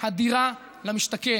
הדירה למשתכן.